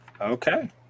Okay